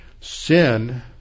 Sin